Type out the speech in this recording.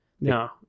No